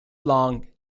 long